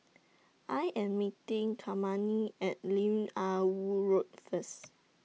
I Am meeting Kymani At Lim Ah Woo Road First